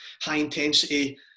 high-intensity